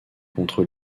contre